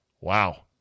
Wow